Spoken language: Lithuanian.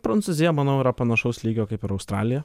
prancūzija manau yra panašaus lygio kaip ir australija